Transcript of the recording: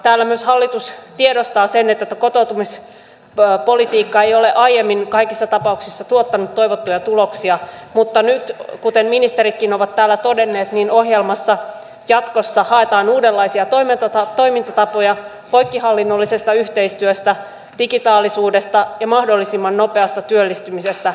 täällä myös hallitus tiedostaa sen että kotoutumispolitiikka ei ole aiemmin kaikissa tapauksissa tuottanut toivottuja tuloksia mutta nyt kuten ministeritkin ovat täällä todenneet ohjelmassa jatkossa haetaan uudenlaisia toimintatapoja poikkihallinnollisesta yhteistyöstä digitaalisuudesta ja mahdollisimman nopeasta työllistymisestä